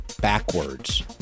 backwards